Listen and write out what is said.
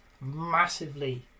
massively